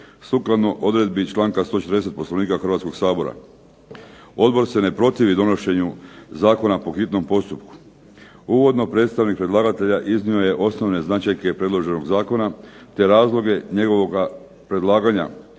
sukladno odredbi članka 140. Poslovnika Hrvatskog sabora. Odbor se ne protivi donošenju zakona po hitnom postupku. Uvodno predstavnik predlagatelja iznio je osnovne značajke predloženog zakona, te razloge njegovoga predlaganja